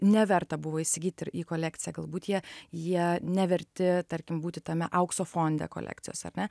neverta buvo įsigyt ir į kolekciją galbūt jie jie neverti tarkim būti tame aukso fonde kolekcijos ar ne